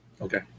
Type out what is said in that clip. Okay